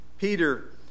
Peter